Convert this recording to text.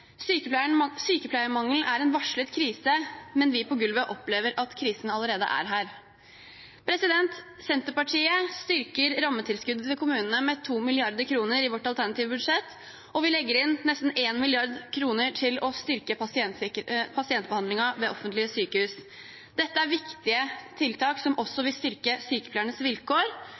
er en varslet krise, men vi på gulvet opplever at krisen allerede er her.» Senterpartiet styrker rammetilskuddet til kommunene med 2 mrd. kr i vårt alternative budsjett, og vi legger inn nesten 1 mrd. kr til å styrke pasientbehandlingen ved offentlige sykehus. Dette er viktige tiltak som også vil styrke sykepleiernes vilkår.